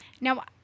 Now